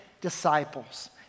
disciples